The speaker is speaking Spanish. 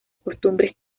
costumbres